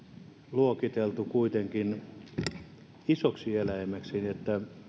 kuitenkin luokiteltu isoksi eläimeksi niin